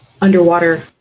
underwater